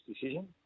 decision